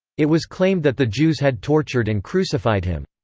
it was claimed that the jews had tortured and crucified him.